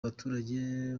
baturage